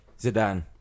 Zidane